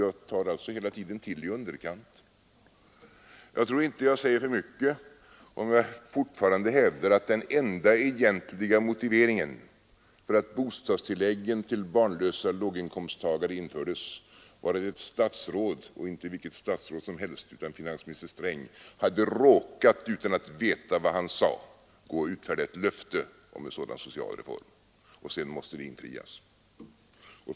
Jag tar alltså hela tiden till i underkant, men jag tror inte jag säger för mycket om jag fortfarande hävdar att den enda egentliga motiveringen för att bostadstilläggen till barnlösa låginkomsttagare infördes var att ett statsråd — och inte vilket statsråd som helst utan finansminister Sträng — hade råkat, utan att veta vad han sade, utfärda ett löfte om en sådan social reform; sedan måste det infrias.